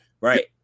Right